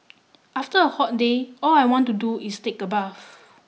after a hot day all I want to do is take a bath